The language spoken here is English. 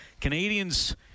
Canadians